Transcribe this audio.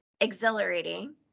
exhilarating